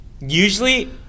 usually